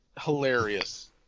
hilarious